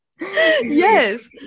Yes